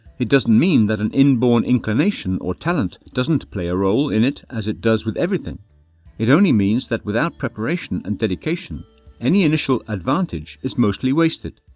it doesn't mean that an inborn inclination or talent doesn't play a role in it as it does with everything it only means that without preparation and dedication any initial advantage is mostly wasted.